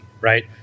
right